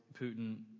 putin